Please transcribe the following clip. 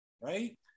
Right